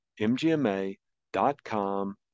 mgma.com